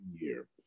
year